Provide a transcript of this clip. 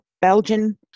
Belgian